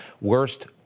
worst